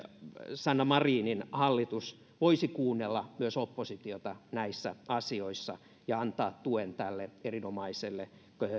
sanna marinin hallitus voisi kuunnella myös oppositiota näissä asioissa ja antaa tuen tälle erinomaiselle